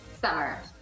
Summer